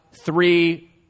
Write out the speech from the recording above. Three